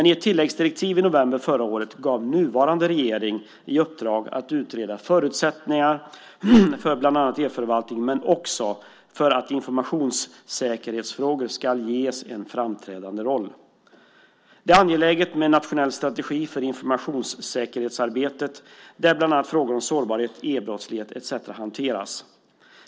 I ett tilläggsdirektiv i november förra året gav nuvarande regering en utredning i uppdrag att utreda förutsättningar för bland annat e-förvaltning och för att informationssäkerhetsfrågor ska ges en framträdande roll. Det är angeläget med en nationell strategi för informationssäkerhetsarbetet där frågor om sårbarhet, e-brottslighet etcetera hanteras.